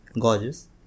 Gorgeous